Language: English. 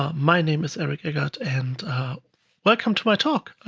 ah my name is eric eggert, and welcome to my talk,